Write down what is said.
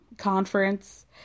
conference